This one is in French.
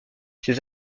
ces